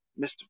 Mr